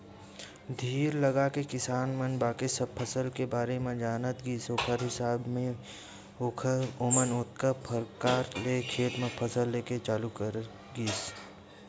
धीर लगाके किसान मन बाकी सब फसल के बारे म जानत गिस ओखर हिसाब ले ओमन कतको परकार ले खेत म फसल लेके चालू करत गिस